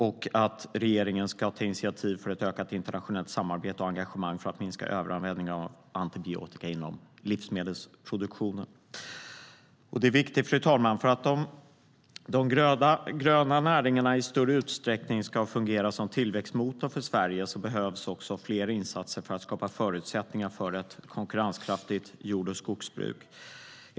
Och regeringen ska ta initiativ för ett ökat internationellt samarbete och engagemang för att minska överanvändningen av antibiotika inom livsmedelsproduktionen. Fru talman! Detta är viktigt. För att de gröna näringarna i större utsträckning ska fungera som tillväxtmotor för Sverige behövs också fler insatser för att skapa förutsättningar för ett konkurrenskraftigt jord och skogsbruk.